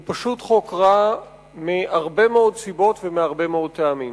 הוא פשוט חוק רע מהרבה מאוד סיבות והרבה מאוד טעמים.